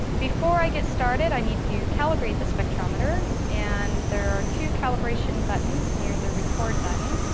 before i get started, i need to calibrate the spectrometer. and there are two calibration buttons near the record button.